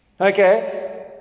Okay